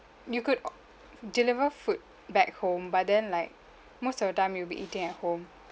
you could o~ deliver food back home but then like most of the time you'll be eating at home